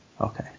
Okay